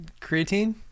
Creatine